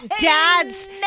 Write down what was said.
dad's